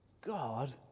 God